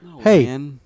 Hey